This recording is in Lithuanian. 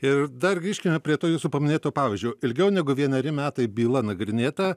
ir dar grįžkime prie to jūsų paminėto pavyzdžio ilgiau negu vieneri metai byla nagrinėta